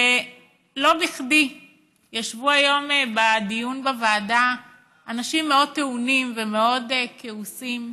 ולא בכדי ישבו היום בדיון בוועדה אנשים מאוד טעונים ומאוד כעוסים,